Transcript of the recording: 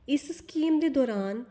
इस स्कीम दे दौरान